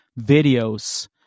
videos